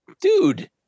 dude